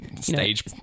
stage